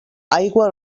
aigua